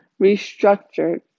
restructured